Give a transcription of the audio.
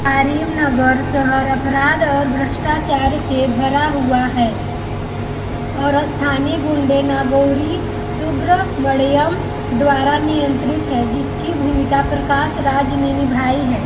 कारीमनगर शहर अपराध और भ्रष्टाचार से भरा हुआ है और स्थानीय गुंडे नागौरी सुब्रमण्यम द्वारा नियंत्रित है जिसकी भूमिका प्रकाश राज ने निभाई है